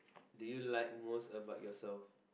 do you like most about yourself